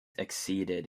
exceeded